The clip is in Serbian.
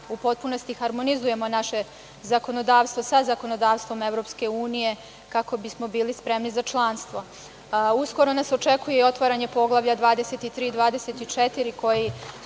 u potpunosti harmonizujemo naše zakonodavstvo sa zakonodavstvom EU, kako bismo bili spremni za članstvo. Uskoro nas očekuje otvaranje poglavlja 23, 24, koji u